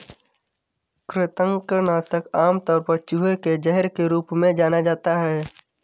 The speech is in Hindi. कृंतक नाशक आमतौर पर चूहे के जहर के रूप में जाना जाता है